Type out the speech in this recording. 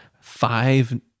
five